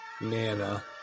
Nana